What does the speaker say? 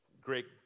great